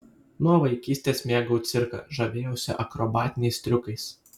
nuo vaikystės mėgau cirką žavėjausi akrobatiniais triukais